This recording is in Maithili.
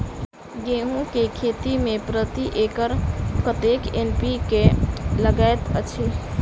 गेंहूँ केँ खेती मे प्रति एकड़ कतेक एन.पी.के लागैत अछि?